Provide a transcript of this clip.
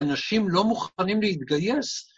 ‫אנשים לא מוכנים להתגייס?